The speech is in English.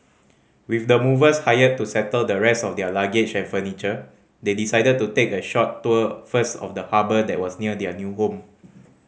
with the movers hired to settle the rest of their luggage and furniture they decided to take a short tour first of the harbour that was near their new home